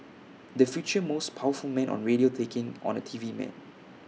the future most powerful man on radio taking on A T V man